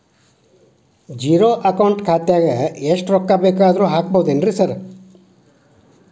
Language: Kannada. ಝೇರೋ ಅಕೌಂಟ್ ಖಾತ್ಯಾಗ ಎಷ್ಟಾದ್ರೂ ರೊಕ್ಕ ಹಾಕ್ಬೋದೇನ್ರಿ ಸಾರ್?